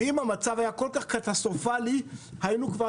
אם המצב היה כל כך קטסטרופלי היינו כבר